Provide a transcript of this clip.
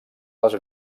les